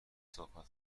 صحبت